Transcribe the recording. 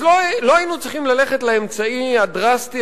אז לא היינו צריכים ללכת לאמצעי הדרסטי